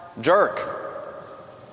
jerk